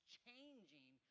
changing